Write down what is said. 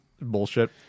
bullshit